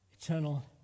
eternal